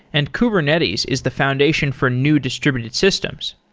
and kubernetes is the foundation for new distributed systems.